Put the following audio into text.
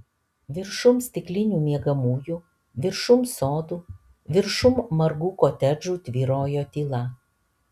viršum stiklinių miegamųjų viršum sodų viršum margų kotedžų tvyrojo tyla